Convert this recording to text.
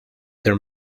their